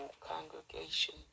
congregation